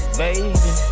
baby